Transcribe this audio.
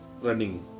running